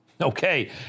Okay